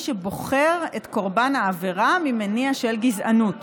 שבוחר את קורבן העבירה ממניע של גזענות,